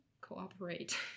cooperate